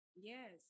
yes